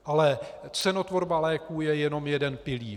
Ale cenotvorba léků je jenom jeden pilíř.